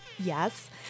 Yes